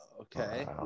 Okay